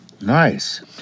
Nice